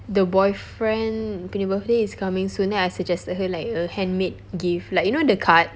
the boyfriend punya birthday is coming soon then I suggested her like a handmade gift like you know the card